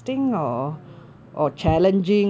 okay uh I